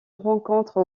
rencontre